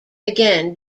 again